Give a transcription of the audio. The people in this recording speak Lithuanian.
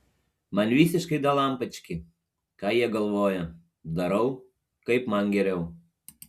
man visiškai dalampački ką jie galvoja darau kaip man geriau